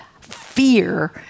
fear